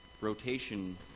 rotation